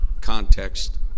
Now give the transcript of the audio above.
context